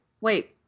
Wait